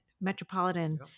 metropolitan